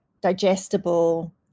digestible